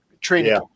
training